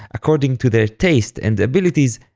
according to their taste and abilities,